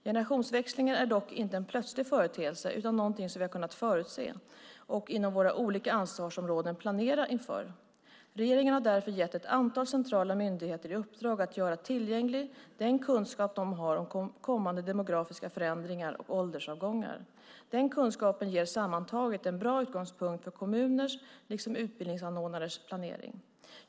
Generationsväxlingen är dock inte en plötslig företeelse utan något som vi kan förutse och inom våra olika ansvarsområden planera inför. Regeringen har därför gett ett antal centrala myndigheter i uppdrag att göra tillgänglig den kunskap de har om kommande demografiska förändringar och åldersavgångar. Den kunskapen ger sammantaget en bra utgångspunkt för kommuners, liksom utbildningsanordnares, planering.